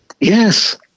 Yes